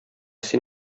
син